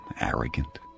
arrogant